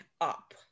up